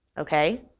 ok?